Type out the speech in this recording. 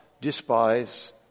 despise